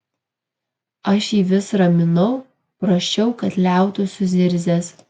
aš jį vis raminau prašiau kad liautųsi zirzęs